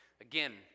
Again